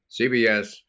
CBS